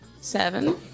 Seven